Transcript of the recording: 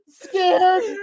Scared